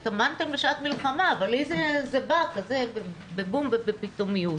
התאמנתם לשעת מלחמה אבל זה בא בבום ובפתאומיות.